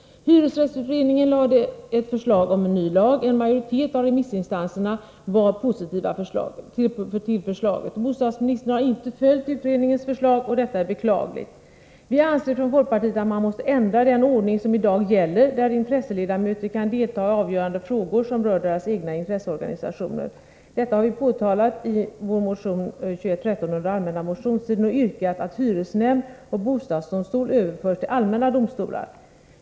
Hyresrättsutredningen lade fram ett förslag om en ny lag. En majoritet av remissinstanserna var positiv till förslaget. Bostadsministern har inte följt utredningens förslag, och detta är beklagligt. Vi anser från folkpartiet att man måste ändra den ordning som i dag gäller, där intresseledamöter kan delta i avgörande av frågor som rör deras egen intresseorganisation. Det ha vi påtalat i vår motion 1983/84:2113, som väcktes under den allmänna motionstiden, och yrkat att hyresnämnd och bostadsdomstol överförs till allmänna domstolar.